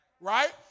Right